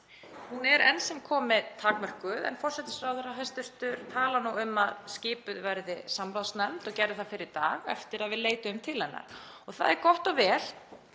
Hún er enn sem komið er takmörkuð en hæstv. forsætisráðherra talar nú um að skipuð verði samráðsnefnd og gerði það fyrr í dag eftir að við leituðum til hennar og það er gott og vel.